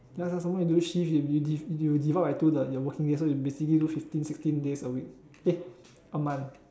ya sia some more you do shift you div~ you divide by two the your working days so you basically do fifteen sixteen days a week eh a month